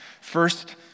First